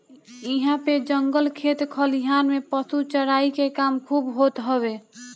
इहां पे जंगल खेत खलिहान में पशु चराई के काम खूब होत हवे